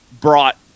brought